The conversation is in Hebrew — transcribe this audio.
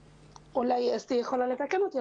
אולי אסתי יכולה לתקן אותי,